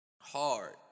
hard